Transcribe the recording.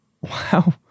wow